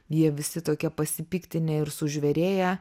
jie visi tokie pasipiktinę ir sužvėrėję